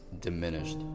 diminished